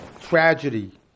tragedy